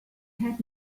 had